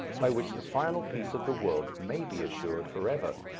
by which the final peace of the world may be assured for ever.